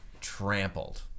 trampled